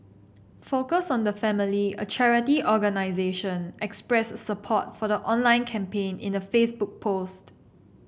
focus on the family a charity organisation express support for the online campaign in a Facebook post